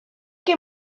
que